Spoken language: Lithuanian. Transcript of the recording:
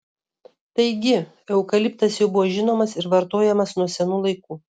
taigi eukaliptas jau buvo žinomas ir vartojamas nuo senų laikų